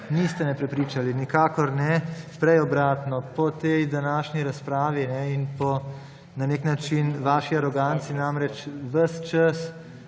niste me prepričali, nikakor ne, prej obratno. Po tej današnji razpravi in po na nek način vaši aroganci ves čas